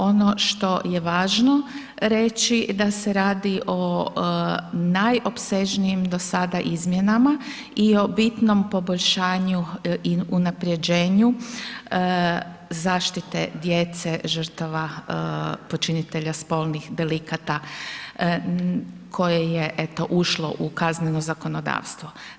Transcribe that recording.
Ono što je važno reći, da se radi o najopsežnijem do sada izmjenama i o bitnom poboljšanju i unaprjeđenju zaštite djece žrtava počinitelja spolnih delikata koje je, eto, ušlo u Kazneno zakonodavstvo.